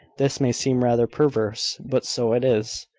this may seem rather perverse but so it is.